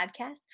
Podcast